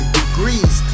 degrees